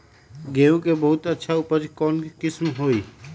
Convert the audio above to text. गेंहू के बहुत अच्छा उपज कौन किस्म होई?